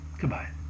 Goodbye